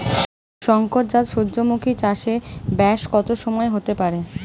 শংকর জাত সূর্যমুখী চাসে ব্যাস কত সময় হতে পারে?